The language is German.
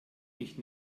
mich